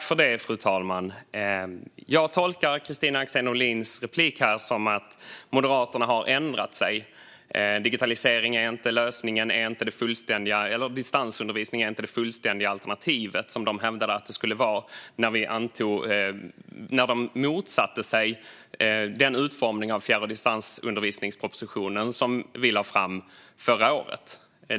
Fru talman! Jag tolkar Kristina Axén Olins replik som att Moderaterna har ändrat sig. Digitalisering är inte lösningen, och distansundervisning är inte det fullständiga alternativ som de hävdade att det skulle vara när de motsatte sig den utformning av fjärr och distansundervisningspropositionen som vi lade fram förra året.